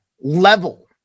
level